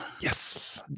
Yes